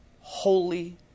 holy